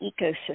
ecosystem